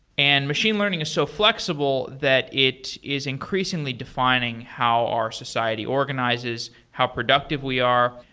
and machine learning is so flexible that it is increasingly defining how our society organizes, how productive we are.